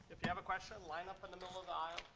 if you have a question, line up in the middle of the aisle.